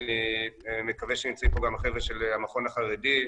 אני מקווה שנמצאים פה גם החבר'ה של המכון החרדי,